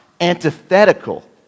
antithetical